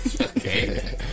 Okay